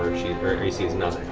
her her ac is not